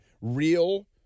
real